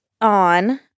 on—